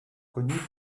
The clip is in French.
connu